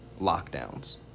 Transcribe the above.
lockdowns